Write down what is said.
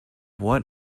what